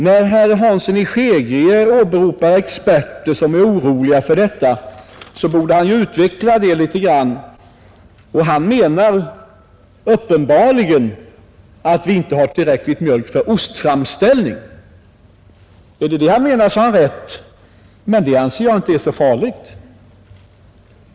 När herr Hansson i Skegrie åberopar experter som är oroliga för detta borde han utveckla sina synpunkter litet grand. Han menar uppenbarligen att vi inte har tillräcklig mängd mjölk till ostframställning. Är det detta han menar har han rätt, men jag anser inte att det är så farligt.